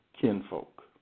kinfolk